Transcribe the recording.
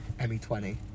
ME20